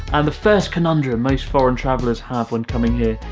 and the first conundrum most foreign travelers have when coming here,